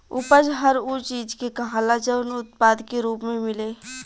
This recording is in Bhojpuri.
उपज हर उ चीज के कहाला जवन उत्पाद के रूप मे मिले